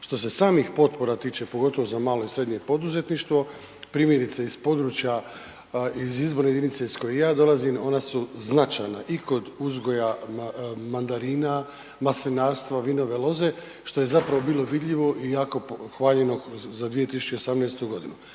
Što se samih potpora tiče, pogotovo za malo i srednje poduzetništvo, primjerice iz područja, iz izborne jedinice iz koje ja dolazim, ona su značajna i kod uzgoja mandarina, uzgoja maslinarstva, vinove loze što je zapravo bilo vidljivo i jako hvaljeno za 2018 godinu.